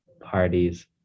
parties